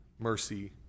mercy